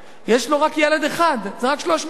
יש לו רק ילד אחד, זה רק 350 נקודות,